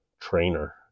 trainer